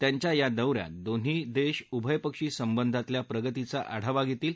त्यांच्या या दौऱ्यात दोन्ही देश उभयपक्षी संबंधातल्या प्रगतीचा आढावा घेतील